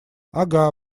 ага